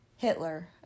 Hitler